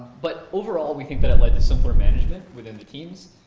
but overall, we think that it led to simpler management within the teams.